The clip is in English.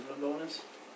bonus